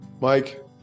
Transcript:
Mike